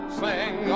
sing